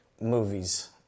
movies